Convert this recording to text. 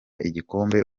igikombe